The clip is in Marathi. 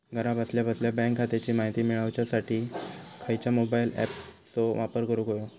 घरा बसल्या बसल्या बँक खात्याची माहिती मिळाच्यासाठी खायच्या मोबाईल ॲपाचो वापर करूक होयो?